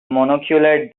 monocular